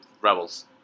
Rebels